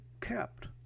kept